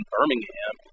Birmingham